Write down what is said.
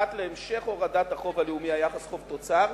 אחת, להמשך הורדת החוב הלאומי, היחס חוב תוצר,